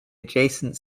adjacent